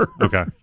Okay